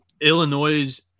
Illinois